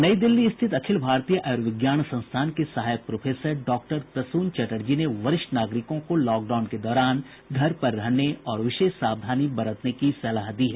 नई दिल्ली स्थित अखिल भारतीय आयूर्विज्ञान संस्थान के सहायक प्रोफेसर डॉक्टर प्रसून चटर्जी ने वरिष्ठ नागरिकों को लॉकडाउन के दौरान घर पर रहने और विशेष सावधानी बरतने की सलाह दी है